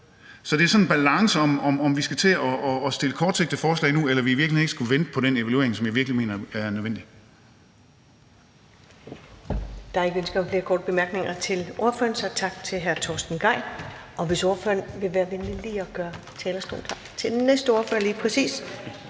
Så det er sådan en balance, i forhold til om vi skal til at fremsætte kortsigtede forslag nu, eller om vi i virkeligheden ikke skulle vente på den evaluering, som jeg virkelig mener er nødvendig.